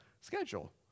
schedule